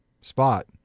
spot